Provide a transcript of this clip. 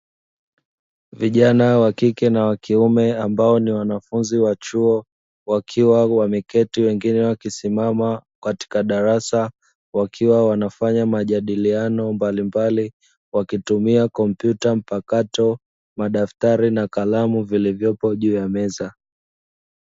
Vijana wakike na wakiume ambao ni wanafunzi wa chuo wakiwa wameketi, wengine wakisimama katika darasa; wakiwa wanafanya majadiliano mbalimbali wakitumia kompyuta mpakato, madaftari na kalamu vilivyopo juu ya meza.